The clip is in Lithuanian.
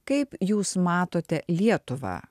kaip jūs matote lietuvą